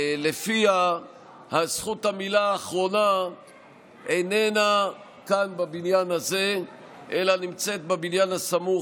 שלפיה זכות המילה האחרונה איננה כאן בבניין הזה אלא נמצאת בבניין הסמוך,